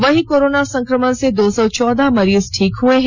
वहीं कोरोना संकमण से दो सौ चौदह मरीज ठीक हुए हैं